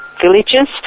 villages